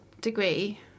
degree